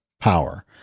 power